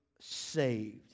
saved